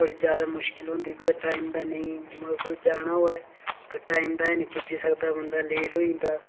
बड़ी ज्यादा मुश्किल होंदी कुतै टाईम दा नीं मतलब कुतै जाना होऐ ते टाईम दा अन्नी पुज्जी सकदा बंदा लेट होई जंदा